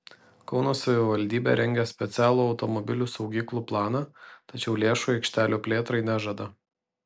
kauno savivaldybė rengia specialų automobilių saugyklų planą tačiau lėšų aikštelių plėtrai nežada